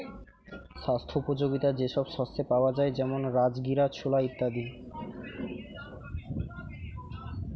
স্বাস্থ্য উপযোগিতা যে সব শস্যে পাওয়া যায় যেমন রাজগীরা, ছোলা ইত্যাদি